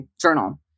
journal